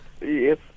Yes